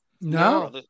No